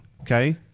okay